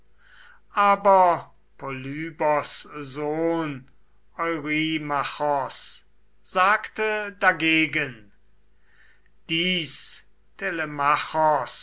aber polybos sohn eurymachos sagte dagegen dies